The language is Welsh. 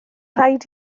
rhaid